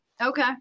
Okay